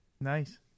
Nice